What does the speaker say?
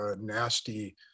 nasty